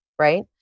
Right